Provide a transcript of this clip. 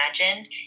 imagined